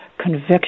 conviction